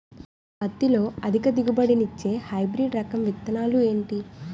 పత్తి లో అధిక దిగుబడి నిచ్చే హైబ్రిడ్ రకం విత్తనాలు ఏంటి